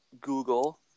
Google